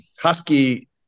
Husky